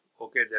Okay